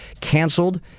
canceled